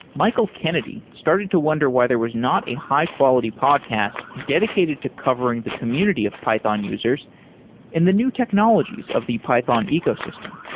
michael kennedy started to wonder why there was not a high-quality podcast dedicated to covering the community of python users and the new technologies of the python ecosystem.